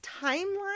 timeline